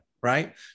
Right